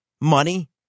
Money